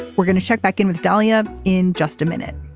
we're going to check back in with dahlia in just a minute